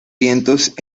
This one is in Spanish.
vientos